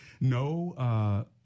No